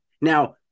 Now